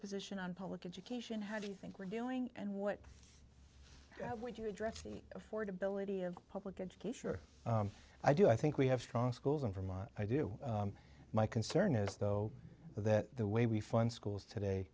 position on public education how do you think we're doing and what when you address the affordability of public education i do i think we have strong schools in vermont i do my concern is though that the way we fund schools today